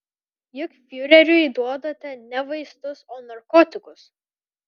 juk fiureriui duodate ne vaistus o narkotikus